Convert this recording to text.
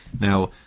Now